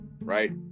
Right